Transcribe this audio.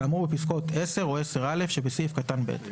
כאמור בפסקאות 10 או 10א שבסעיף קטן ב".